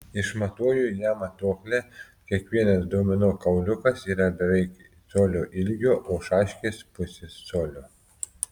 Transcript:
išmatuoju ją matuokle kiekvienas domino kauliukas yra beveik colio ilgio o šaškės pusės colio